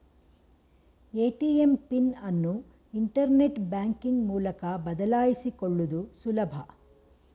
ATM pin ಅನ್ನು internet banking ಮೂಲಕ ಬದಲಾಯಿಸಿಕೊಳ್ಳುದು ಸುಲಭ